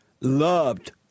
loved